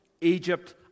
Egypt